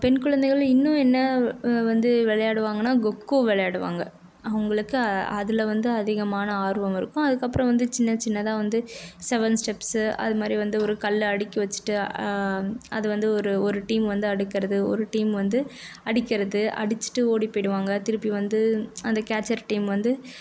பெண் குழந்தைங்களும் இன்னும் என்ன வந்து விளையாடுவாங்கன்னா கொக்கோ விளையாடுவாங்க அவர்களுக்கு அதில் வந்து அதிகமான ஆர்வம் இருக்கும் அதுக்கு அப்புறம் வந்து சின்னச்சின்னதாக வந்து செவன் ஸ்டெப்ஸு அது மாதிரி வந்து ஒரு கல்லு அடுக்கி வச்சுட்டு அது வந்து ஒரு ஒரு டீம் வந்து அடுக்கிறது ஒரு டீம் வந்து அடிக்கிறது அடிச்சிட்டு ஓடி போயிடுவாங்க திருப்பி வந்து அந்த கேச்சர் டீம் வந்து